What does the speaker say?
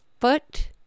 foot